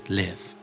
live